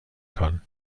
kann